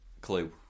Clue